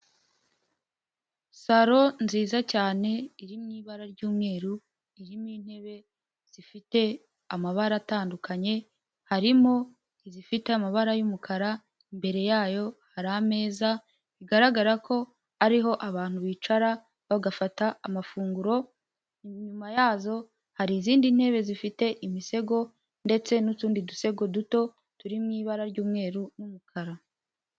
Salo nziza cyane iri mu ibara ry'umweru, irimo intebe zifite amabara atandukanye, harimo izifite amabara y'umukara imbere yayo hari ameza, bigaragara ko ariho abantu bicara bagafata amafunguro, inyuma yazo hari izindi ntebe zifite imisego ndetse n'utundi dusego duto turi mu ibara ry'umweru n'umukara.